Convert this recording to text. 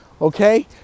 okay